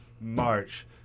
March